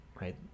right